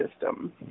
system